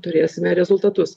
turėsime rezultatus